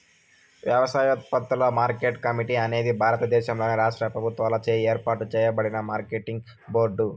వ్యవసాయోత్పత్తుల market committee అనేది భారతదేశంలోని రాష్ట్ర ప్రభుత్వాలచే ఏర్పాటు చేయబడిన మార్కెటింగ్ బోర్డు